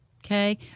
Okay